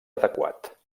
adequat